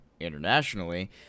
internationally